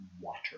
water